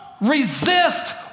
resist